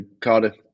Cardiff